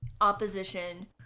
opposition